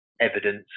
evidence